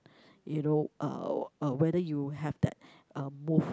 you know uh whether you have that uh move